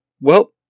Well